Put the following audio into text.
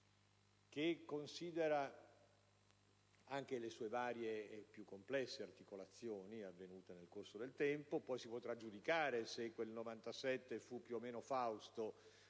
si considerano anche le sue varie e più complesse articolazioni avvenute nel corso del tempo (poi si potrà giudicare se la scelta del 1997 fu più o meno fausta